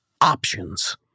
Options